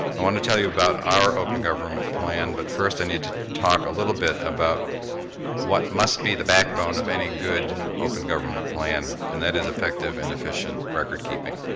i wanna tell you about our open government plan, but first i need to talk a little bit about what must be the backbone of any good open government plan, and that is effective and efficient recordkeeping.